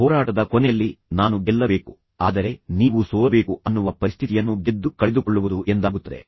ಈ ಹೋರಾಟದ ಕೊನೆಯಲ್ಲಿ ನಾನು ಗೆಲ್ಲಬೇಕು ಆದರೆ ನೀವು ಸೋಲಬೇಕು ಅನ್ನುವ ಪರಿಸ್ಥಿತಿಯನ್ನು ಗೆದ್ದು ಕಳೆದುಕೊಳ್ಳುವುದು ಎಂದಾಗುತ್ತದೆ